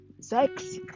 sex